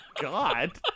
God